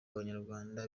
abanyarwanda